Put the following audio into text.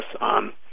on